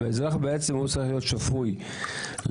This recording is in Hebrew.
האזרח בעצם הוא צריך להיות שפוי --- הם